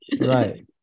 Right